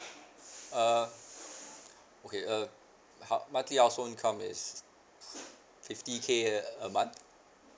uh okay uh my key household income is fifty k a month